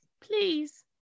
please